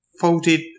folded